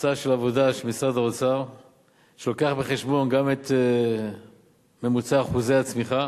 תוצאה של עבודה של משרד האוצר שמביא בחשבון גם את ממוצע אחוזי הצמיחה,